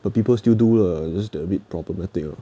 but people still do lah just a bit problematic loh